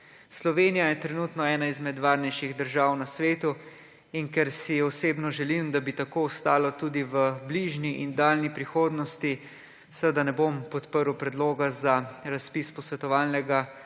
Slovenija je trenutno ena izmed varnejših držav na svetu. In ker si osebno želim, da bi tako ostalo tudi v bližnji in daljni prihodnosti, seveda ne bom podprl predloga za razpis posvetovalnega